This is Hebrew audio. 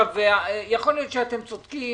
יכול להיות שאתם צודקים,